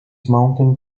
mounting